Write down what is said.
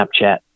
Snapchat